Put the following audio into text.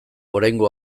oraingo